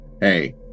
Hey